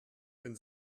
denn